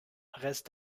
reste